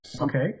Okay